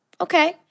Okay